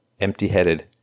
empty-headed